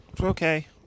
Okay